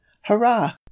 hurrah